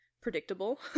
predictable